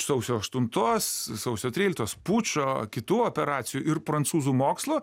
sausio aštuntos sausio tryliktos pučo kitų operacijų ir prancūzų mokslo